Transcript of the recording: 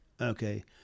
Okay